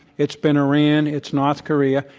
it's been iran. it's north korea.